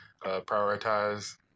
prioritize